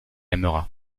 aimera